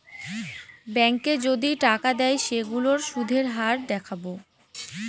ব্যাঙ্কে যদি টাকা দেয় সেইগুলোর সুধের হার দেখাবো